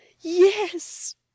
Yes